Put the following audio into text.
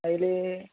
അതില്